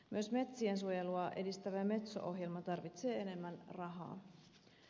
myös metsien suojelua edistävä metso ohjelma tarvitsee enemmän rahaa